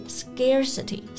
scarcity